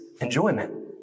enjoyment